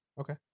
okay